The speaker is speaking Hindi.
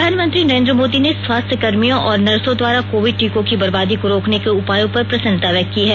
प्रधानमंत्री नरेन्द्र मोदी ने स्वास्थ्यकर्मियों और नर्सों द्वारा कोविड टीकों की बर्बादी को रोकने के उपायों पर प्रसन्नता व्यक्त की है